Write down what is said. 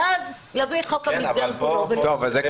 ואז להביא את חוק המסגרת לפה ונדון.